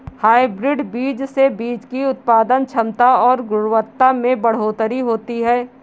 hybrid बीज से बीज की उत्पादन क्षमता और गुणवत्ता में बढ़ोतरी होती है